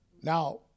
Now